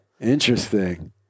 Interesting